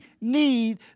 need